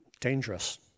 Dangerous